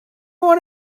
want